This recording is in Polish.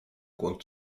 głąb